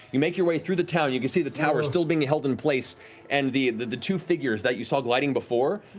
you make your way through the town, you can see the tower still being held in place and the the two figures that you saw gliding before?